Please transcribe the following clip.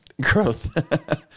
Growth